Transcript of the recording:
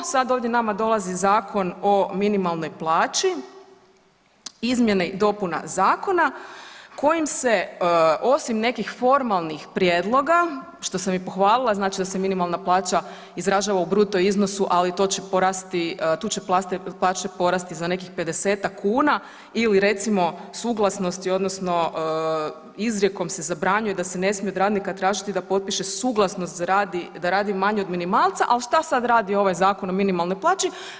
Sad ovdje nama dolazi Zakon o minimalnoj plaći izmjena i dopuna zakona kojim se osim nekih formalnih prijedloga, što sam i pohvalila, znači da se minimalna plaća izražava u bruto iznosu, ali tu će plaće porasti za nekih 50-tak kuna ili recimo suglasnosti odnosno izrijekom se zabranjuje da se ne smije od radnika tražiti da potpiše suglasnost da radi manje od minimalca, al šta sad radi ovaj Zakon o minimalnoj plaći?